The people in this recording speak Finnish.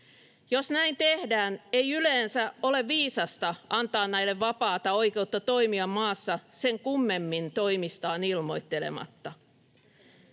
Jos näin tehdään, ei yleensä ole viisasta antaa näille vapaata oikeutta toimia maassa sen kummemmin toimistaan ilmoittelematta.